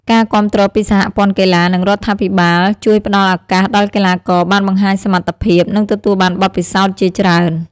ការគាំទ្រពីសហព័ន្ធកីឡា និងរដ្ឋាភិបាល ជួយផ្តល់ឱកាសដល់កីឡាករបានបង្ហាញសមត្ថភាព និងទទួលបានបទពិសោធន៍ជាច្រើន។